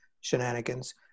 shenanigans